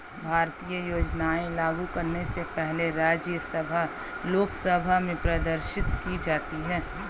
भारतीय योजनाएं लागू करने से पहले राज्यसभा लोकसभा में प्रदर्शित की जाती है